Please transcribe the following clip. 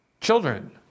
children